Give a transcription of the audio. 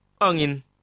angin